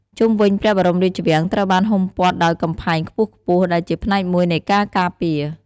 ជុំវិញព្រះបរមរាជវាំង ត្រូវបានហ៊ុមព័ទ្ធដោយ កំពែងខ្ពស់ៗ ដែលជាផ្នែកមួយនៃការការពារ។